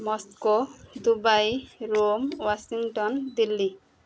Moscow Dubai Rome Washington Delhi